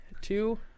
two